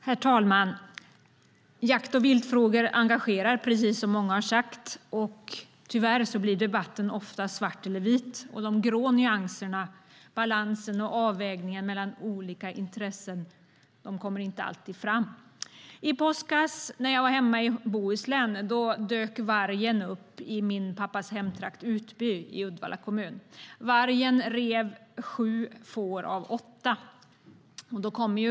Herr talman! Jakt och viltfrågor engagerar, precis som många har sagt. Tyvärr blir debatten ofta svart eller vit, och de grå nyanserna, balansen och avvägningen mellan olika intressen, kommer inte alltid fram. I påskas när jag var hemma i Bohuslän dök vargen upp i min pappas hemtrakt Utby i Uddevalla kommun. Vargen rev sju får av åtta.